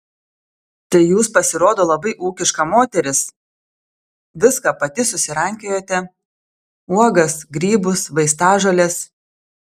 tai jūs pasirodo labai ūkiška moteris viską pati susirankiojate uogas grybus vaistažoles